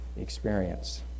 experience